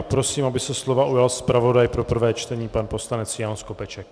Prosím, aby se slova ujal zpravodaj pro prvé čtení pan poslanec Jan Skopeček.